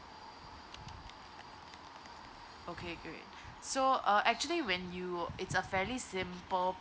okay great so uh actually when it's a fairly simple